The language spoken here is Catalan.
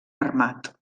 armat